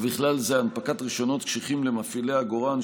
ובכלל זה: הנפקת רישיונות קשיחים למפעילי עגורן,